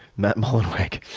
matt mullenweg.